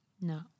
No